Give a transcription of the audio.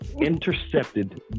intercepted